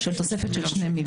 נכון, תוספת של 2 מיליון.